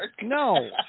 No